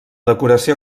decoració